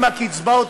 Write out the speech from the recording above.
עם הקצבאות,